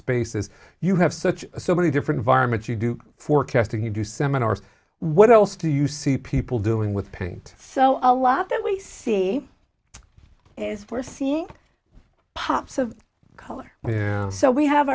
spaces you have such so many different vironment you do forecasting you do seminars what else do you see people doing with paint so a lot that we see is for seeing pops of color so we have